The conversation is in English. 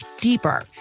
deeper